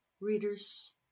readers